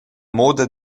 moda